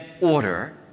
order